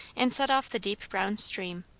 and set off the deep brown stream.